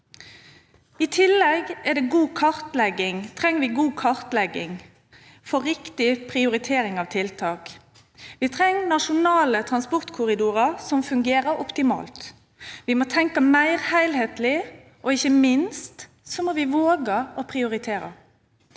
I tillegg trenger vi god kartlegging for å få riktig prioritering av tiltak. Vi trenger nasjonale transportkorridorer som fungerer optimalt. Vi må tenke mer helhetlig, og ikke minst må vi våge å prioritere.